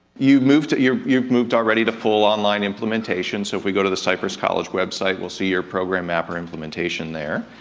you moved it you're moved already to full online implementation, so if we go to the cypress college website we'll see your program after implementation there.